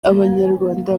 abanyarwanda